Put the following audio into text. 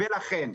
לכן,